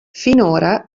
finora